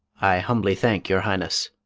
i humbly thank your highness.